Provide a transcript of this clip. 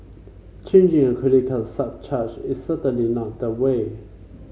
charging a credit surcharge is certainly not the way